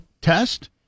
test